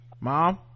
mom